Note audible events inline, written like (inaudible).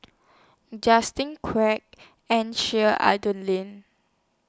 Justin Quek and Sheik (unintelligible)